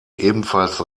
ebenfalls